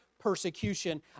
persecution